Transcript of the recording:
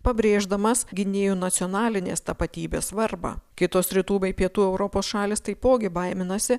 pabrėždamas gynėjų nacionalinės tapatybės svarbą kitos rytų bei pietų europos šalys taipogi baiminasi